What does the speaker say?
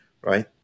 right